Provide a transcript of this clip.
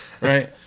right